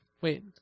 Wait